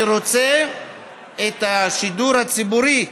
אני רוצה להעצים את השידור הציבורי,